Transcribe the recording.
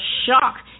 shock